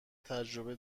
تجربه